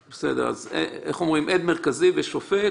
עד מרכזי ושופט